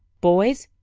boys,